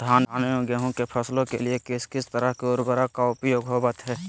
धान एवं गेहूं के फसलों के लिए किस किस तरह के उर्वरक का उपयोग होवत है?